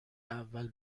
اول